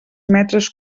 metres